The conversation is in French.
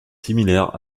similaire